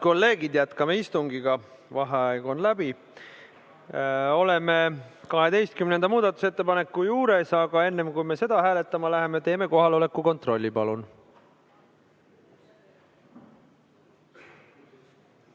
Head kolleegid, jätkame istungit. Vaheaeg on läbi. Oleme 12. muudatusettepaneku juures, aga enne kui me seda hääletama läheme, teeme kohaloleku kontrolli. Palun!